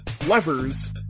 Levers